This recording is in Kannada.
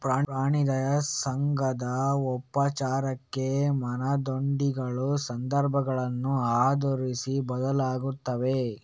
ಪ್ರಾಣಿ ದಯಾ ಸಂಘದ ಔಪಚಾರಿಕ ಮಾನದಂಡಗಳು ಸಂದರ್ಭಗಳನ್ನು ಆಧರಿಸಿ ಬದಲಾಗುತ್ತವೆ